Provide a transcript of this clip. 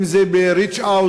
אם זה ב-reach out,